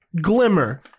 glimmer